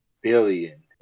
billion